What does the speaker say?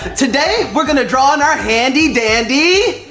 today, we're gonna draw in our handy dandy